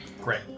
Great